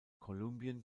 kolumbien